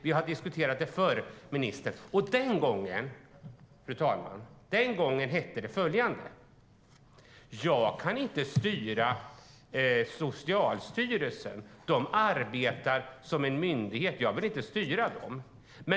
Vi har diskuterat detta förut, ministern, och den gången hette det: Jag kan inte styra Socialstyrelsen. De arbetar som en myndighet, och jag vill inte styra dem.